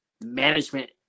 management